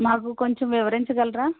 మాకు కొంచెం వివరించగలరా